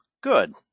Good